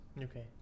okay